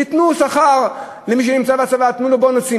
תיתנו שכר למי שנמצא בצבא, תנו לו בונוסים.